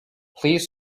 please